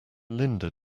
linda